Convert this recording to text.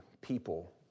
people